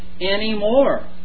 anymore